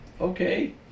okay